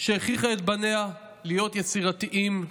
שהכריחה את בניה להיות יצירתיים,